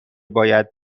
باید